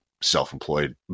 self-employed